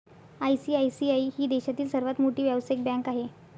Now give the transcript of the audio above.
ICICI ही देशातील सर्वात मोठी व्यावसायिक बँक आहे